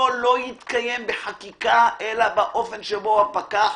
לא יתקיים בחקיקה אלא באופן שבו הפקח,